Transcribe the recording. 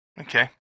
Okay